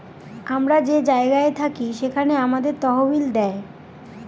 আমরা যে জায়গায় থাকি সেখানে আমাদের তহবিল দেয়